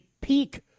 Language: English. peak